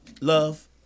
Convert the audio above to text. love